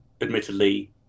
admittedly